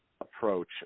approach